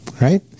right